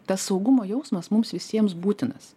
tas saugumo jausmas mums visiems būtinas